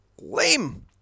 Lame